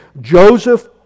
Joseph